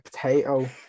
potato